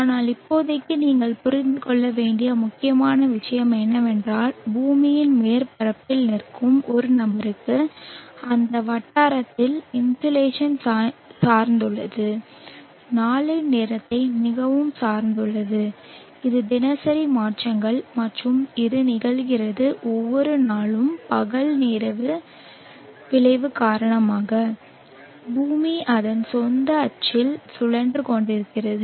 ஆனால் இப்போதைக்கு நீங்கள் புரிந்து கொள்ள வேண்டிய முக்கியமான விஷயம் என்னவென்றால் பூமியின் மேற்பரப்பில் நிற்கும் ஒரு நபருக்கு அந்த வட்டாரத்தில் இன்சோலேஷன் சார்ந்துள்ளது நாளின் நேரத்தை மிகவும் சார்ந்துள்ளது இது தினசரி மாற்றங்கள் மற்றும் இது நிகழ்கிறது ஒவ்வொரு நாளும் பகல் இரவு விளைவு காரணமாக பூமி அதன் சொந்த அச்சில் சுழன்று கொண்டிருக்கிறது